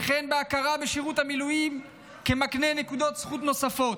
וכן בהכרה בשירות המילואים כמקנה נקודות זכות נוספות.